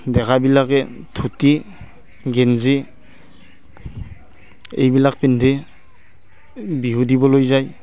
ডেকাবিলাকে ধুতি গেঞ্জি এইবিলাক পিন্ধি বিহু দিবলৈ যায়